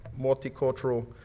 multicultural